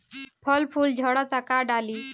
फल फूल झड़ता का डाली?